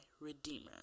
redeemer